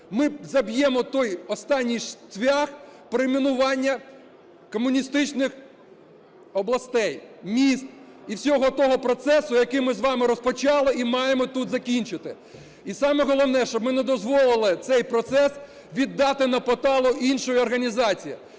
Ми заб'ємо той останній цвях перейменування комуністичних областей, міст і всього того процесу, який ми з вами розпочали і маємо тут закінчити. І саме головне, щоб ми не дозволили цей процес віддати на поталу іншій організації.